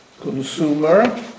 consumer